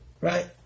right